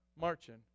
marching